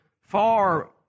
far